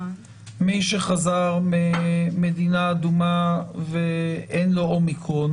מי שחזר ממדינה אדומה ואין לו אומיקרון